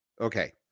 Okay